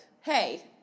hey